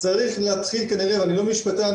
אני לא משפטן,